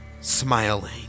smiling